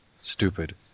stupid